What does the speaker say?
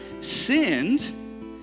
sinned